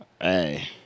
Hey